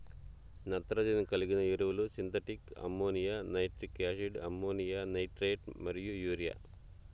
నత్రజని కలిగిన ఎరువులు synthetic ammonia, nitric acid, ammonium nitrate మరియు యూరియా